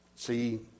see